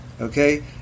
Okay